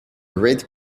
red